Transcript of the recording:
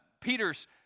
Peter's